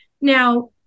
Now